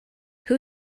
who